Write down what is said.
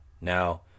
Now